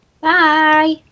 Bye